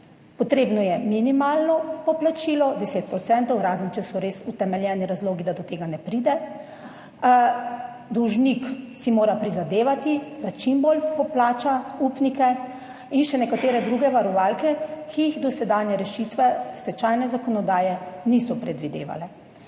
Potrebno je minimalno poplačilo 10 %, razen če so res utemeljeni razlogi, da do tega ne pride, dolžnik si mora prizadevati, da čim bolj poplača upnike, in še nekatere druge varovalke, ki jih dosedanje rešitve stečajne zakonodaje niso predvidevale.